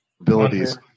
abilities